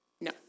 No